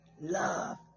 love